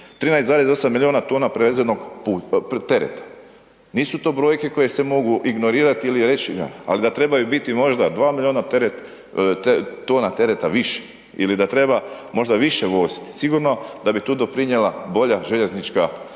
13,8 milijuna tona prevezenog tereta, nisu to brojke koje se mogu ignorirat ili …/Govornik se ne razumije/…ali da trebaju biti 2 milijuna teret, tona tereta više ili da treba možda više voziti, sigurno da bi tu doprinjela bolja željeznička